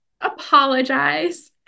apologize